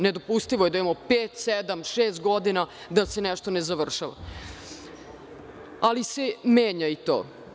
Nedopustivo je da imamo pet, šest, sedam godina a da se nešto ne završava, ali se menja i to.